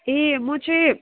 ए म चाहिँ